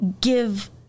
give